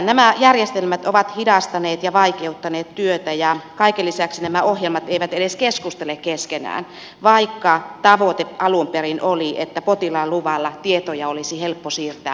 nämä järjestelmät ovat hidastaneet ja vaikeuttaneet työtä ja kaiken lisäksi nämä ohjelmat eivät edes keskustele keskenään vaikka tavoite alun perin oli että potilaan luvalla tietoja olisi helppo siirtää paikasta toiseen